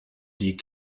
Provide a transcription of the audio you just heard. die